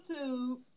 youtube